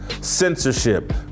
censorship